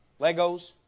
Legos